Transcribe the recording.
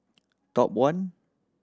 Top One